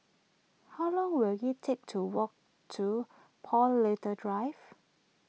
how long will it take to walk to Paul Little Drive